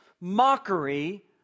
mockery